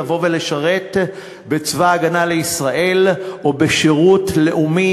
לבוא ולשרת בצבא ההגנה לישראל או בשירות לאומי,